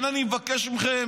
אני מבקש מכם